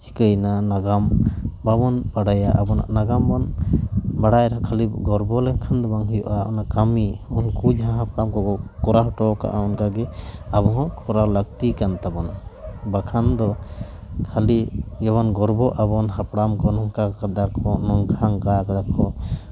ᱪᱤᱠᱟᱹᱭᱱᱟ ᱱᱟᱜᱟᱢ ᱵᱟᱵᱚᱱ ᱵᱟᱲᱟᱭᱟ ᱟᱵᱚᱱᱟᱜ ᱱᱟᱜᱟᱢ ᱵᱚᱱ ᱵᱟᱲᱟᱭᱟ ᱠᱷᱟᱹᱞᱤ ᱜᱚᱨᱵᱚ ᱞᱮᱱᱠᱷᱟᱱ ᱫᱚ ᱵᱟᱝ ᱦᱩᱭᱩᱜᱼᱟ ᱚᱱᱟ ᱠᱟᱹᱢᱤ ᱩᱱᱠᱩ ᱡᱟᱦᱟᱸ ᱵᱟᱝᱠᱚ ᱠᱚᱨᱟᱣ ᱦᱚᱴᱚ ᱠᱟᱜᱼᱟ ᱚᱱᱠᱟᱜᱮ ᱟᱵᱚ ᱦᱚᱸ ᱠᱚᱨᱟᱣ ᱞᱟᱹᱠᱛᱤ ᱠᱟᱱ ᱛᱟᱵᱚᱱᱟ ᱵᱟᱠᱷᱟᱱ ᱫᱚ ᱠᱷᱟᱹᱞᱤ ᱜᱮᱵᱚᱱ ᱜᱚᱨᱵᱚ ᱟᱵᱚᱱ ᱦᱟᱯᱲᱟᱢ ᱠᱚ ᱱᱚᱝᱠᱟ ᱠᱟᱫᱟ ᱠᱚ ᱱᱚᱝᱠᱟ ᱦᱟᱝᱠᱟ ᱠᱟᱫᱟ ᱠᱚ